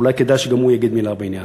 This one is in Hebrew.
ואולי כדאי שגם הוא יגיד מילה בעניין.